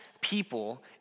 people